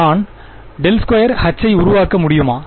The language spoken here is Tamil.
நான் ∇2H ஐ உருவாக்க முடியுமா